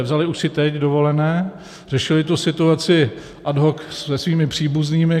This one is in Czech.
Vzali už si teď dovolené, řešili tu situaci ad hoc se svými příbuznými.